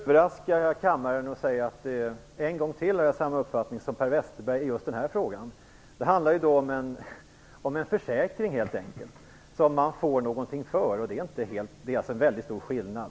Herr talman! Jag skall överraska kammaren genom att säga att jag ännu en gång har samma uppfattning som Per Westerberg i just denna fråga. Det handlar ju helt enkelt om en försäkring som man får någonting för. Det är faktiskt en mycket stor skillnad.